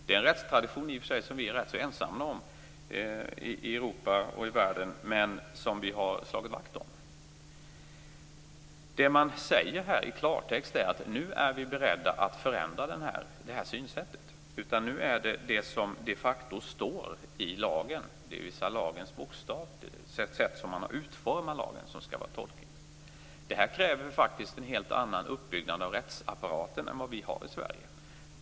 Det är en rättstradition som vi i och för sig är ganska ensamma om i Europa och i världen men som vi har slagit vakt om. Det som man i klartext säger är att man nu är beredd att förändra detta synsätt. Nu är det det som de facto står i lagen, det sätt som man har utformat lagen på, dvs. lagens bokstav, som skall tolkas. Detta kräver faktiskt en helt annan uppbyggnad av rättsapparaten än vi har i Sverige.